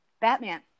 Batman